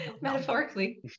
Metaphorically